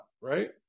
Right